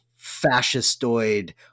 fascistoid